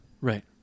Right